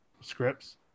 scripts